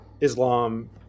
Islam